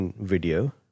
video